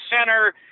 center